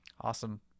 Awesome